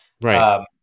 Right